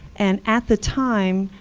and at the time,